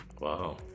wow